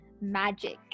magic